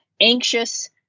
anxious